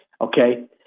Okay